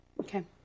Okay